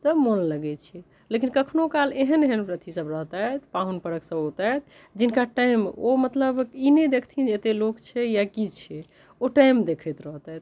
तऽ मोन लगै छै लेकिन कखनो काल एहन एहन अथी सब रहतथि पाहुन परख सब औतथि जिनकर टाइम ओ मतलब ई नहि देखथिन जे एते लोक छै या की छै ओ टाइम देखैत रहितथि